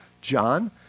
John